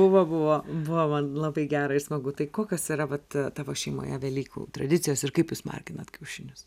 buvo buvo buvo man labai gera ir smagu tai kokios yra vat tavo šeimoje velykų tradicijos ir kaip jūs marginat kiaušinius